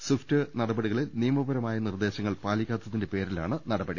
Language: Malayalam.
സ്വിഫ്റ്റ് നടപടികളിൽ നിയമപരമായ നിർദേശങ്ങൾ പാലിക്കാത്തതിന്റെ പേരിലാണ് നടപടി